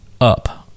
up